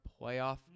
playoff